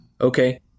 Okay